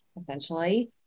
essentially